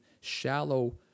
shallow